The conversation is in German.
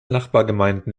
nachbargemeinden